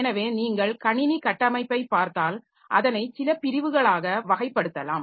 எனவே நீங்கள் கணினி கட்டமைப்பைப் பார்த்தால் அதனை சில பிரிவுகளாக வகைப்படுத்தலாம்